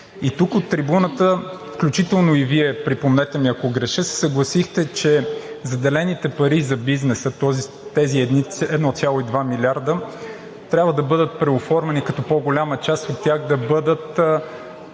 Тук от трибуната включително и Вие – припомнете ми, ако греша – се съгласихте, че заделените пари за бизнеса, тези 1,2 милиарда, трябва да бъдат преоформени, като по-голяма част от тях да бъдат